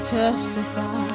testify